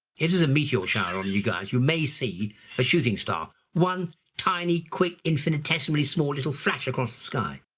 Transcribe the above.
it is a meteor shower on you guys, you may see a shooting star, one tiny quick infinitesimally small little flash across the sky.